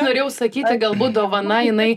norėjau sakyti galbūt dovana jinai